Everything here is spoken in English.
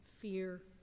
fear